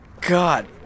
god